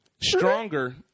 stronger